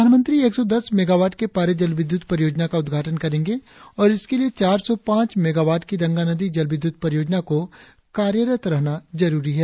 प्रधानमंत्री एक सौ दस मेगावाट के पारे जल विद्युत परियोजना का उद्घाटन करेंगे और इसके लिए चार सौ पाच मेगावाट की रंगा नदी जल विद्युत परियोजना को कार्यरत रहना जरुरी है